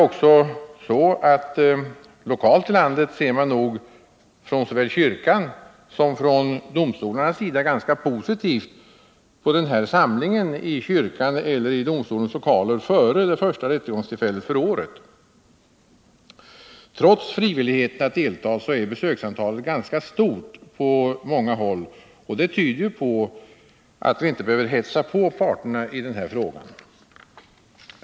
Och lokalt i landet ser man nog från såväl kyrkans som domstolarnas sida ganska positivt på denna samling i kyrkan eller i domstolens lokaler före det första rättegångstillfället för året. Trots frivilligheten att delta är besöksantalet ganska stort på många håll. Det tyder ju på att vi inte behöver hetsa på parterna i denna fråga.